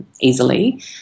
easily